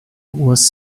was